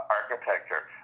architecture